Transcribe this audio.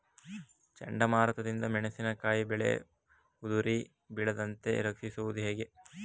ಚಂಡಮಾರುತ ದಿಂದ ಮೆಣಸಿನಕಾಯಿ ಬೆಳೆ ಉದುರಿ ಬೀಳದಂತೆ ರಕ್ಷಿಸುವುದು ಹೇಗೆ?